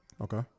Okay